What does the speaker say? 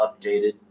updated